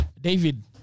David